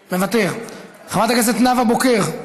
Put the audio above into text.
מוותר, חברת הכנסת נאוה בוקר,